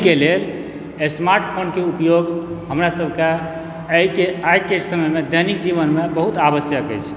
तकनीकीके लेल smart phone के उपयोग हमरा सबके आइके समयमे दैनिक जीवनमे बहुत आवश्यक अछि